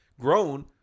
grown